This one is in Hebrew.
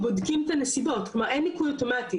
ברגע שחולף המועד אין ניכוי אוטומטי,